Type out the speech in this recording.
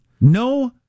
No